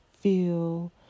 feel